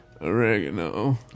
oregano